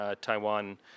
Taiwan